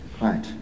right